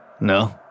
No